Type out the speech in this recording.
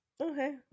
Okay